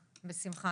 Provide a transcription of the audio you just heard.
בשמחה.